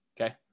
okay